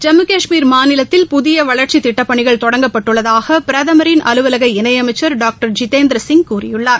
ஜம்மு கஷ்மீர் மாநிலத்தில் புதிய வளர்ச்சித் திட்டப் பணிகள் தொடங்கப்பட்டுள்ளதாக பிரதமின் அலுவலக இணை அமைச்சர் டாக்டர் ஜிதேந்திரசிங் கூறியுள்ளார்